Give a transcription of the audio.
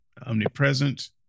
omnipresent